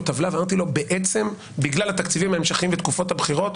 טבלה ואמרתי לו שבגלל התקציבים ההמשכיים בתקופות הבחירות,